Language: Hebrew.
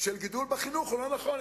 של גידול בחינוך הוא לא נכון.